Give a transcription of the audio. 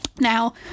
Now